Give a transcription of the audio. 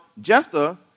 Jephthah